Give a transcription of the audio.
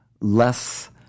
less